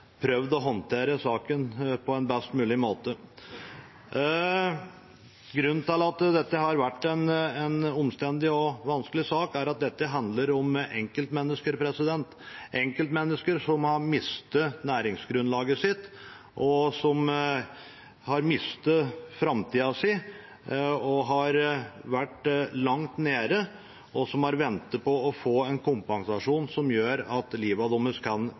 prøvd å håndtere saken på en best mulig måte. Grunnen til at dette har vært en omstendelig og vanskelig sak, er at den handler om enkeltmennesker som har mistet næringsgrunnlaget sitt, som har mistet framtida si, som har vært langt nede, og som har ventet på å få en kompensasjon som gjør at livet deres kan